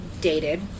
dated